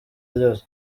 ryose